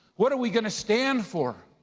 what are we gonna stand for?